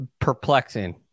perplexing